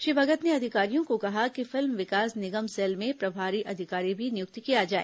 श्री भगत ने अधिकारियों को कहा कि फिल्म विकास निगम सेल में प्रभारी अधिकारी भी नियुक्त किया जाए